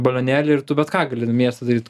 balionėlį ir tu bet ką gali mieste daryt